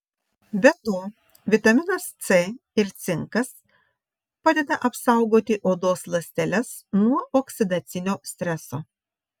be to vitaminas c ir cinkas padeda apsaugoti odos ląsteles nuo oksidacinio streso